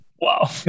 Wow